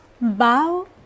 Bow